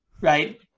right